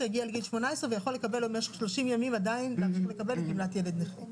שהגיע לגיל 18 ויכול לקבל במשך 30 ימים עדיין גמלת ילד נכה,